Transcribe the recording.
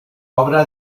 obra